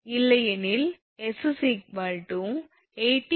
இல்லையெனில் 𝑠 80−25